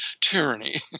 tyranny